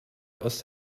aus